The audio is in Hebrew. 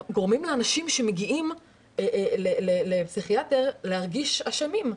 גורמים לאנשים שמגיעים לפסיכיאטר להרגיש אשמים.